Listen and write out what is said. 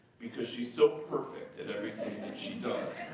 because she's so perfect at everything that she does.